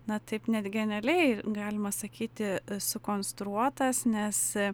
na taip net genialiai galima sakyti sukonstruotas nes